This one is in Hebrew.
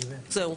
זהו.